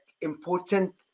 important